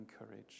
encourage